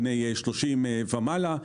בני שלושים ומעלה.